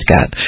God